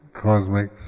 cosmic